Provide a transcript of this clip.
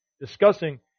discussing